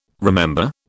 Remember